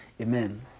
Amen